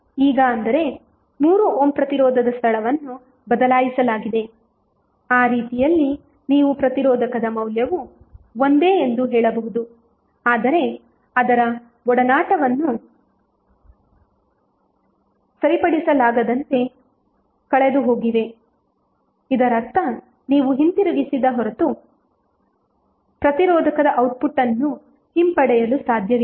ಈಗ ಅಂದರೆ 3 ಓಮ್ ಪ್ರತಿರೋಧದ ಸ್ಥಳವನ್ನು ಬದಲಾಯಿಸಲಾಗಿದೆ ಆ ರೀತಿಯಲ್ಲಿ ನೀವು ಪ್ರತಿರೋಧಕದ ಮೌಲ್ಯವು ಒಂದೇ ಎಂದು ಹೇಳಬಹುದು ಆದರೆ ಅದರ ಒಡನಾಟವನ್ನು ಸರಿಪಡಿಸಲಾಗದಂತೆ ಕಳೆದುಹೋಗಿದೆ ಇದರರ್ಥ ನೀವು ಹಿಂತಿರುಗಿಸದ ಹೊರತು ಪ್ರತಿರೋಧಕದ ಔಟ್ಪುಟ್ ಅನ್ನು ಹಿಂಪಡೆಯಲು ಸಾಧ್ಯವಿಲ್ಲ